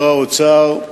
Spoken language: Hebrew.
האוצר,